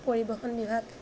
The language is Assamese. পৰিবহণ বিভাগ